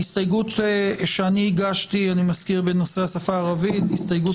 ההסתייגות שאני הגשתי בנושא השפה הערבית הסתייגות